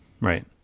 Right